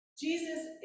Jesus